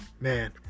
man